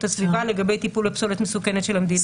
הסביבה לגבי טיפול בפסולת מסוכנת של המדינה,